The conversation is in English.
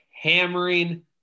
hammering